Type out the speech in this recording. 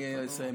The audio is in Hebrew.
אני אסיים,